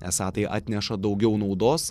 esą tai atneša daugiau naudos